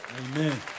Amen